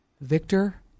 Victor